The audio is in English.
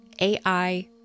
AI